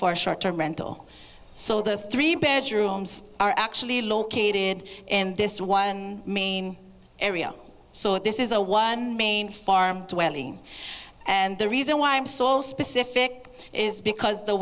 for a short term rental so the three bedrooms are actually located in this one main area so this is a one main farm dwelling and the reason why i'm so specific is because the